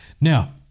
Now